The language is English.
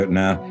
now